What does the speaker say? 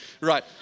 Right